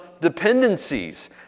dependencies